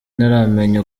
ntaramenya